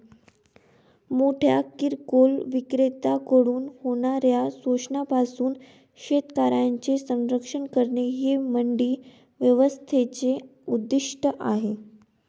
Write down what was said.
मोठ्या किरकोळ विक्रेत्यांकडून होणाऱ्या शोषणापासून शेतकऱ्यांचे संरक्षण करणे हे मंडी व्यवस्थेचे उद्दिष्ट आहे